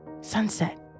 Sunset